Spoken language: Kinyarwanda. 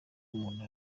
umuntu